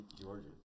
Georgia